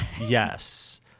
yes